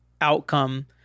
outcome